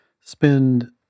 spend